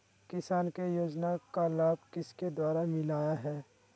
किसान को योजना का लाभ किसके द्वारा मिलाया है?